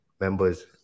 members